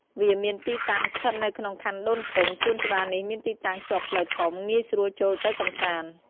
វាមានទីតាំងស្ថិតនៅក្នុងខណ្ឌដូនពេញ សួនច្បារនេះមានទីតាំងជាប់ផ្លូវធំ ងាយស្រួលចូលទៅកម្សាន្ត។